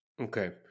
Okay